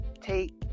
take